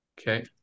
Okay